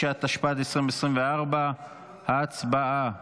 69), התשפ"ד 2024. הצבעה.